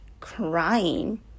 crying